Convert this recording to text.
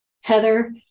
Heather